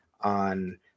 on